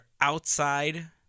outside